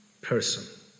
person